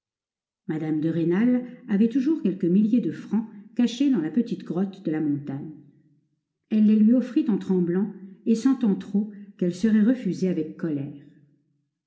mme de rênal avait toujours quelques milliers de francs cachés dans la petite grotte de la montagne elle les lui offrit en tremblant et sentant trop qu'elle serait refusée avec colère